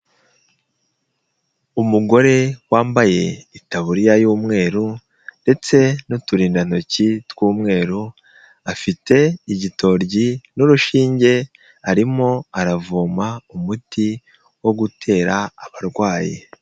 Umugore wambaye itaburiya y'umweru ndetse n'uturindantoki tw'umweru, afite igitoryi n'urushinge, arimo aravoma umuti wo gutera abarwayi.